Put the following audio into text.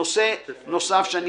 נושא נוסף,